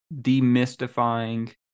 demystifying